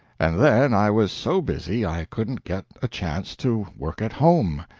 and then i was so busy i couldn't get a chance to work at home,